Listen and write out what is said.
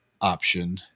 option